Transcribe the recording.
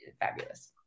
Fabulous